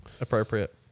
appropriate